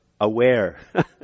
aware